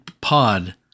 Pod